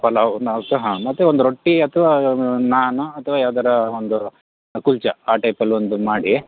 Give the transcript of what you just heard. pulao north ಹಾಂ ಮತ್ತೆ ಒಂದು ರೊಟ್ಟಿ ಅಥವಾ ನಾನ್ ಅಥವಾ ಯಾವ್ದಾರು ಒಂದು ರೊ ಕುಲ್ಚ ಆ ಟೈಪಲ್ಲಿ ಒಂದು ಮಾಡಿ